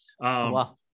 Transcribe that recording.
Wow